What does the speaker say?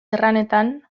erranetan